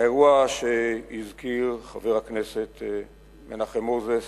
האירוע שהזכיר חבר הכנסת מנחם מוזס